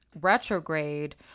retrograde